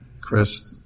Chris